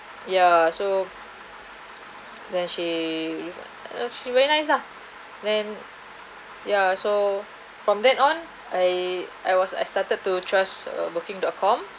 ya so then she she very nice lah then ya so from that on I I was I started to trust uh booking dot com